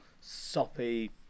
soppy